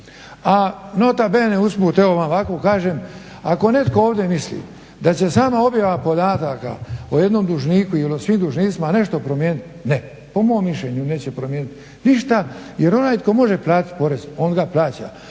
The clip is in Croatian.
A nota bene usput evo vam ovako kažem ako netko ovdje misli da će sama objava podataka o jednom dužniku ili o svim dužnicima nešto promijeniti, ne. Po mom mišljenju neće promijeniti ništa jer onaj tko može platiti porez on ga plaća,